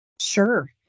Sure